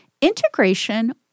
integration